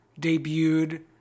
debuted